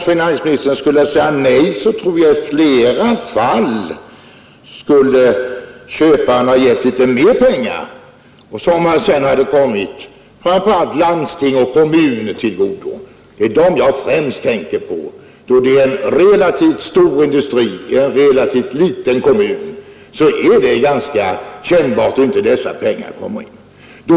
Om finansministern skulle säga nej, tror jag att köparen i de flesta fall skulle ha betalat mera för aktierna och på så sätt kompenserat säljarna, vilka pengar sedan skulle ha kommit framför allt landsting och kommuner till godo i form av skatt. Det är främst kommunen jag tänker på. Då det gäller en relativt stor industri i en relativt liten kommun är det ganska kännbart, om dessa pengar inte kommer in.